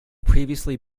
previously